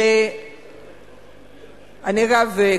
אגב,